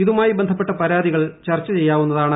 ഇതുമായി ബന്ധപ്പെട്ട പരാതികൾ ചർച്ച ചെയ്യാകുന്നതാണ്